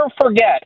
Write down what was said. forget